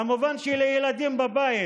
כמובן שלילדים בבית